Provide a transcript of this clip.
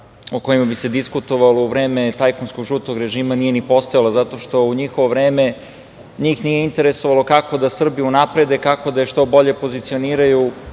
o kojima bi se diskutovalo u vreme tajkunskog žutog režima nisu ni postojali, zato što u njihovo vreme njih nije interesovalo kako da Srbiju unaprede, kako da je što bolje pozicioniraju